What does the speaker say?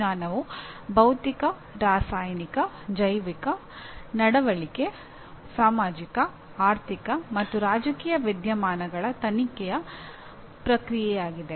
ವಿಜ್ಞಾನವು ಭೌತಿಕ ರಾಸಾಯನಿಕ ಜೈವಿಕ ನಡವಳಿಕೆ ಸಾಮಾಜಿಕ ಆರ್ಥಿಕ ಮತ್ತು ರಾಜಕೀಯ ವಿದ್ಯಮಾನಗಳ ತನಿಖೆಯ ಪ್ರಕ್ರಿಯೆಯಾಗಿದೆ